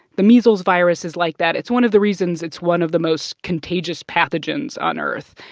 the measles virus is like that. it's one of the reasons it's one of the most contagious pathogens on earth.